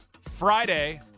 Friday